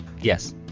Yes